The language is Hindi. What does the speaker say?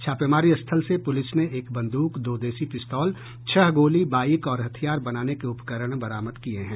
छापेमारी स्थल से पुलिस ने एक बंद्रक दो देसी पिस्तौल छह गोली बाईक और हथियार बनाने के उपकरण बरामद किये हैं